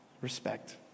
respect